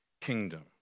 kingdom